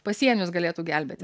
pasienius galėtų gelbėti